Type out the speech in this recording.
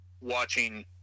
watching